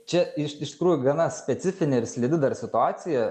čia iš iš tikrųjų gana specifinė ir slidi dar situacija